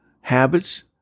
habits